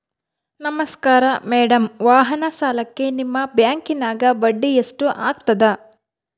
ನಮಸ್ಕಾರ ಮೇಡಂ ವಾಹನ ಸಾಲಕ್ಕೆ ನಿಮ್ಮ ಬ್ಯಾಂಕಿನ್ಯಾಗ ಬಡ್ಡಿ ಎಷ್ಟು ಆಗ್ತದ?